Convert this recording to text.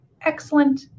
excellent